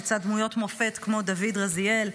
לצד דמויות מופת כמו דוד רזיאל,